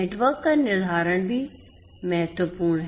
network का निर्धारण भी महत्वपूर्ण है